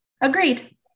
Agreed